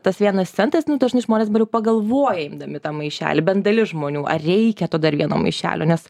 tas vienas centas dažnai žmonės dabar jau pagalvoja imdami tą maišelį bent dalis žmonių ar reikia to dar vieno maišelio nes